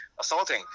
assaulting